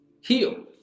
heal